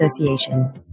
Association